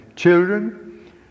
Children